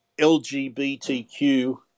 LGBTQ